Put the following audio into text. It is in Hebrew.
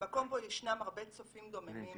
מקום בו ישנם הרבה צופים דוממים